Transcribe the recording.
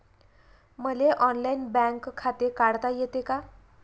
मले online bank खाते काढता येते का?